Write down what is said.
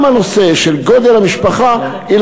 יובא בחשבון גם גודל המשפחה.